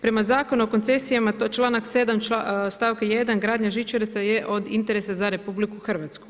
Prema Zakonu o koncesijama to je članak 7. stavak 1. gradnja žičara je od interesa za RH.